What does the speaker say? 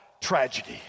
tragedy